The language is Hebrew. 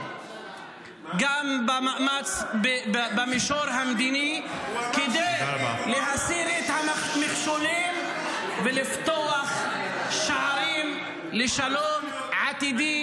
גם במישור המדיני כדי להסיר את המכשולים ולפתוח שערים לשלום עתידי